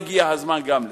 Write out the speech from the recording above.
יגיע הזמן גם לזה.